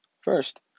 First